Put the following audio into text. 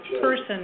person